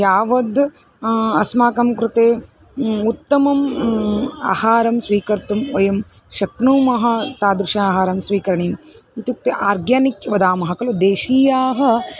यावद् अस्माकं कृते उत्तमम् आहारं स्वीकर्तुं वयं शक्नुमः तादृशम् आहारं स्वीकरणीयम् इत्युक्ते आर्गेनिक् वदामः खलु देशीयाः